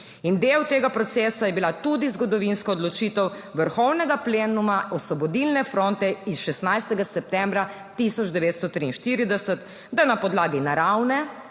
Del tega procesa je bila tudi zgodovinska odločitev vrhovnega plenuma Osvobodilne fronte iz 16. septembra 1943, da na podlagi naravne